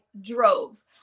drove